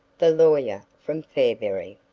the lawyer from fairberry.